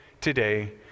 today